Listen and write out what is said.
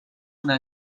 una